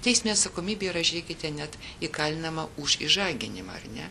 teisinė atsakomybė yra žiūrėkite net įkalinama už išžaginimą ar ne